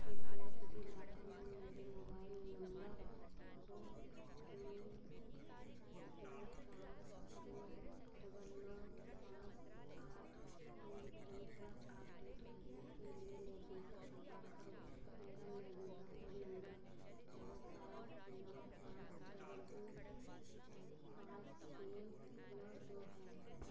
कृपया डिजिलॉकर में मेरे मोबाइल नम्बर को तीन दो पाँच दो डबल नौ पाँच आठ तीन एक पर अपडेट करने के लिए निर्देशक प्रदान करे मेरा मौजूदा फोन नम्बर डबल सात नौ पाँच डबल टू पाँच तीन नौ दो है